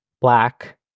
black